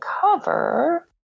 cover